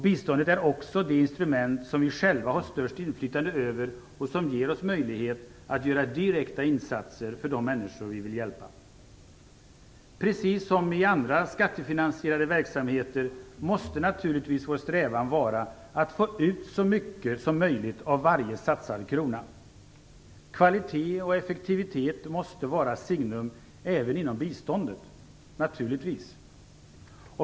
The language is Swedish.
Biståndet är också det instrument som vi själva har störst inflytande över och som ger oss möjligheter att göra direkta insatser för de människor vi vill hjälpa. Precis som i andra skattefinansierade verksamheter måste naturligtvis vår strävan vara att få ut så mycket som möjligt av varje satsad krona. Kvalitet och effektivitet måste naturligtvis vara signum även inom biståndet.